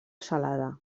salada